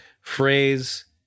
phrase